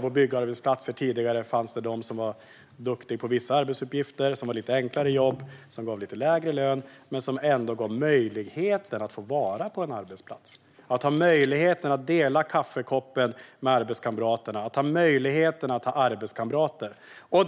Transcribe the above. På byggarbetsplatser talade man tidigare om att det fanns de som var duktiga på vissa arbetsuppgifter som var lite enklare och gav lite lägre lön. De arbetsuppgifterna gav ändå möjligheten att vara på en arbetsplats. De gav möjligheten att dela en kopp kaffe med arbetskamraterna och möjligheten att ha arbetskamrater.